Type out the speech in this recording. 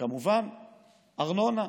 וכמובן ארנונה,